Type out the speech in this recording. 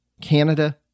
Canada